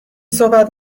صحبت